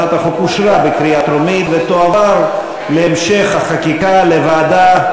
בקריאה טרומית ותועבר להמשך החקיקה לוועדה,